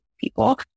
people